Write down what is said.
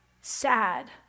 Sad